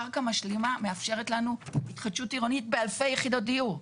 קרקע משלימה מאפשרת לנו התחדשות עירונית באלפי יחידות דיור.